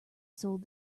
sold